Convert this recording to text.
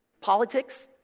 politics